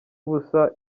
ubusa